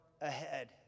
ahead